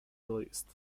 released